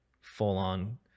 full-on